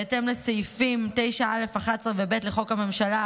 בהתאם לסעיפים 9(א)(11) ו-9(ב) לחוק הממשלה,